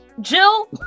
Jill